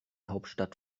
hauptstadt